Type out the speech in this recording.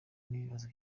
n’ibibazo